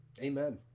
Amen